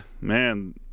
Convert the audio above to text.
Man